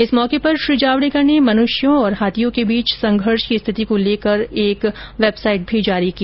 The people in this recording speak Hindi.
इस मौके पर श्री जावडेकर ने मनुष्यों तथा हाथियों के बीच संघर्ष की स्थिति को लेकर एक वेबसाइट भी जारी की